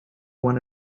one